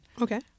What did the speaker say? Okay